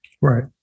Right